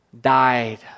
died